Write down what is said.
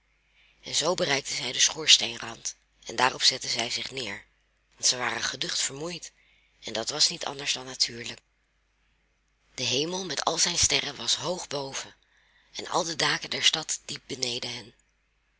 en zoo bereikten zij den schoorsteenrand en daarop zetten zij zich neer want zij waren geducht vermoeid en dat was niet anders dan natuurlijk de hemel met al zijn sterren was hoog boven en al de daken der stad diep beneden